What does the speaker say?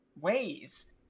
ways